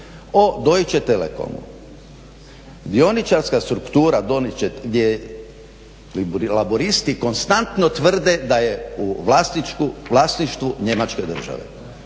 o Deutsche Telekomu. Dioničarska struktura gdje Laburisti konstantno tvrde da je u vlasništvu Njemačke države